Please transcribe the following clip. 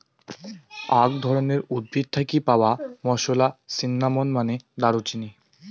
আক ধরণের উদ্ভিদ থাকি পাওয়া মশলা, সিন্নামন মানে দারুচিনি